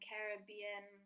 Caribbean